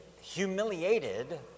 humiliated